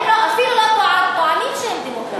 הם אפילו לא טוענים שהם דמוקרטים.